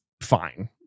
fine